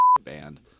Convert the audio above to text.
band